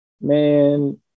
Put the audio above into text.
Man